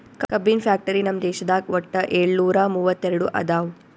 ಕಬ್ಬಿನ್ ಫ್ಯಾಕ್ಟರಿ ನಮ್ ದೇಶದಾಗ್ ವಟ್ಟ್ ಯೋಳ್ನೂರಾ ಮೂವತ್ತೆರಡು ಅದಾವ್